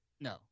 no